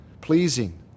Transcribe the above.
pleasing